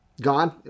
God